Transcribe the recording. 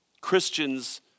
Christians